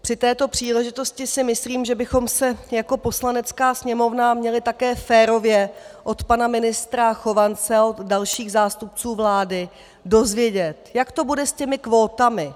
Při této příležitosti si myslím, že bychom se jako Poslanecká sněmovna měli také férově od pana ministra Chovance a od dalších zástupců vlády dozvědět, jak to bude s těmi kvótami.